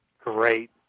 great